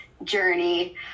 journey